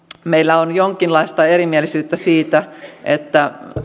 meillä on jonkinlaista erimielisyyttä siitä